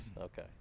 okay